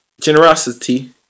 generosity